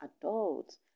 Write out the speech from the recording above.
adults